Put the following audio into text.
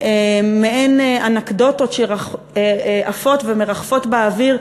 מעין אנקדוטות שעפות ומרחפות באוויר,